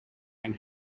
and